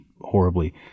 horribly